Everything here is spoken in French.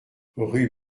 rue